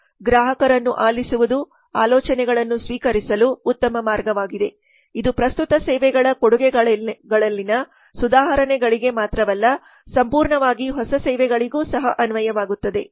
ಗ್ರಾಹಕರನ್ನು ಆಲಿಸುವುದು ಆಲೋಚನೆಗಳನ್ನು ಸ್ವೀಕರಿಸಲು ಉತ್ತಮ ಮಾರ್ಗವಾಗಿದೆ ಇದು ಪ್ರಸ್ತುತ ಸೇವೆಗಳ ಕೊಡುಗೆಗಳಲ್ಲಿನ ಸುಧಾರಣೆಗಳಿಗೆ ಮಾತ್ರವಲ್ಲ ಸಂಪೂರ್ಣವಾಗಿ ಹೊಸ ಸೇವೆಗಳಿಗೂ ಸಹ ಅನ್ವಯವಾಗುತ್ತದೆ